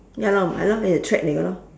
ya lor hai lor nei ge thread nei go lor